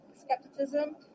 skepticism